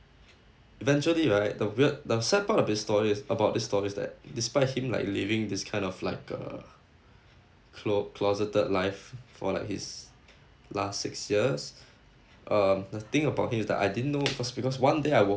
eventually right the weird the sad part of this story is about this story is that despite him like living this kind of like a clo~ closeted life for like his last six years uh the thing about him is that I didn't know because because one day I woke